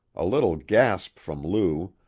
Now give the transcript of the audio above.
a little gasp from lou,